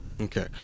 Okay